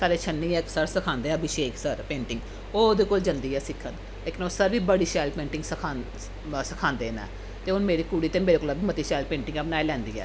साढ़े छन्नी गै इक सर सिखांदे ऐ अभिशेक सर पेंटिंग ओह् ओह्दे कोल जंदी ऐ सिक्खन लेकन ओह् सर बी बड़ी शैल पेंटिंग सिखांदे बस सिखांदे न ते हून मेरी कुड़ी ते मेरे कोला बी मती शैल पेंटिंगां बनाई लैंदी ऐ